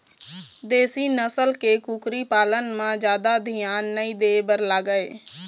देशी नसल के कुकरी पालन म जादा धियान नइ दे बर लागय